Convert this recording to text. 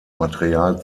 material